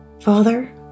Father